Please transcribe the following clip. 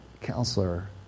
counselor